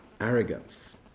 arrogance